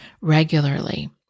regularly